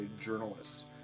journalists